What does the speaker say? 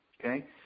okay